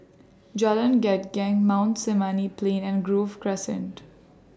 Jalan Gendang Mount Sinai Plain and Grove Crescent